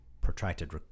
protracted